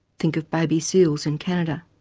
think of baby seals in canada.